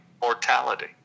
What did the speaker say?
mortality